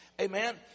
Amen